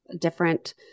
different